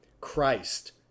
Christ